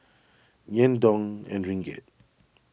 Yen Dong and Ringgit